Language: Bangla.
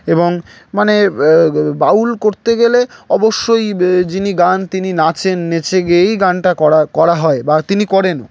এবং মানে বাউল করতে গেলে অবশ্যই যিনি গান তিনি নাচেন নচে গেয়ে এই গানটা করা হয় বা তিনি করেন